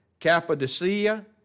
Cappadocia